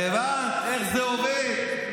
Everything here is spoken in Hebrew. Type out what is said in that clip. הבנת איך זה עובד?